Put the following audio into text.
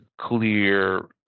clear